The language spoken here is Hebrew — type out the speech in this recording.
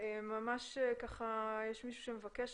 יש מישהו שמבקש,